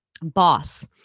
Boss